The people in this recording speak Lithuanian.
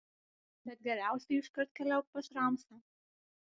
bet geriausiai iškart keliauk pas ramsą